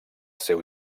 seu